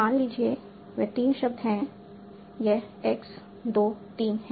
मान लीजिए वे तीन शब्द चाहते हैं यह x 2 3 है